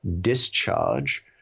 Discharge